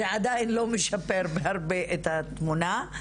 זה עדיין לא משפר בהרבה את התמונה.